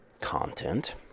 content